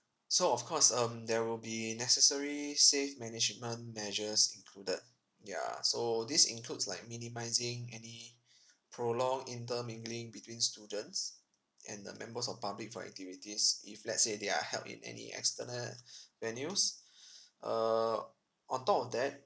so of course um there will be necessary safe management measures included ya so this includes like minimising any prolonged inter mingling between students and the members of public for activities if let's say they are held in any external venues err on top of that